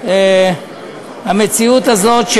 המציאות הזאת,